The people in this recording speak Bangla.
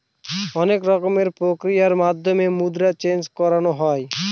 এক রকমের প্রক্রিয়ার মাধ্যমে মুদ্রা চেন্জ করানো হয়